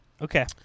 Okay